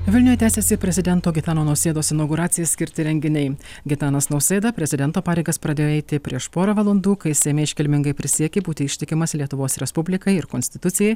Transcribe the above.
vilniuje tęsiasi prezidento gitano nausėdos inauguracijai skirti renginiai gitanas nausėda prezidento pareigas pradėjo eiti prieš porą valandų kai seime iškilmingai prisiekė būti ištikimas lietuvos respublikai ir konstitucijai